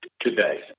today